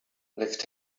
lift